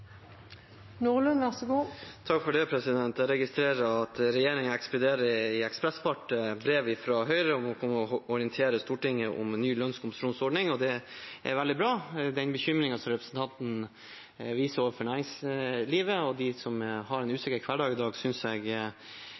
Jeg registrerer at regjeringen i ekspressfart ekspederer brev fra Høyre om å komme og orientere Stortinget om en ny lønnskompensasjonsordning, og det er veldig bra. Den bekymringen som representanten viser overfor næringslivet og dem som har en usikker hverdag i dag, synes jeg